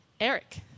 Eric